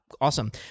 awesome